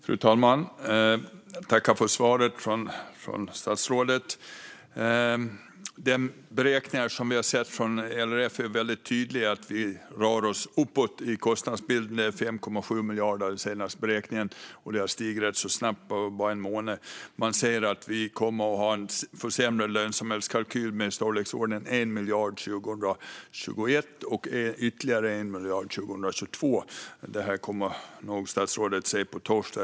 Fru talman! Jag tackar för svaret från statsrådet. Enligt beräkningar från LRF som vi har sett är det väldigt tydligt att vi rör oss uppåt i kostnadsbilden. Det är 5,7 miljarder i den senaste beräkningen, och det har stigit rätt snabbt på bara en månad. Man säger att det är en försämrad lönsamhetskalkyl med i storleksordningen 1 miljard 2021 och att det kommer att vara ytterligare 1 miljard 2022. Detta kommer nog statsrådet att se på torsdag.